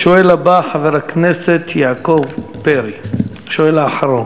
השואל הבא, חבר הכנסת יעקב פרי, השואל האחרון.